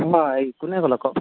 হয় কোনে ক'লে কওক